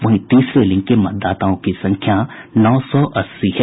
वहीं तीसरे लिंग के मतदाताओं की संख्या नौ सौ अस्सी है